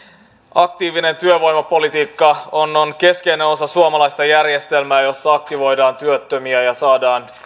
aktiivinen työvoimapolitiikka on on keskeinen osa suomalaista järjestelmää jossa aktivoidaan työttömiä ja saadaan